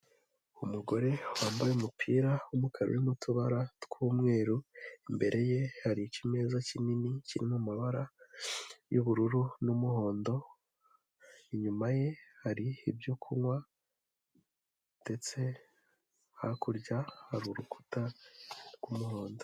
Umugore wambaye umupira w'umukara urimo utubara tw'umweru. Imbere ye hari ikimeza kinini kiri mu mabara y'ubururu n'umuhondo. Inyuma ye hari ibyo kunywa ndetse hakurya hari urukuta rw'umuhondo.